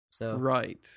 Right